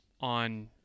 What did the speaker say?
on